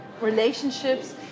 relationships